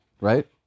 right